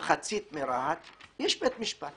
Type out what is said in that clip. שמונה מחצית מתושבי רהט ושם יש בית משפט.